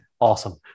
Awesome